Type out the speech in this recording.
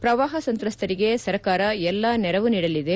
ಪ್ರವಾಹ ಸಂತ್ರಸ್ತರಿಗೆ ಸರ್ಕಾರ ಎಲ್ಲ ನೆರವು ನೀಡಲಿದೆ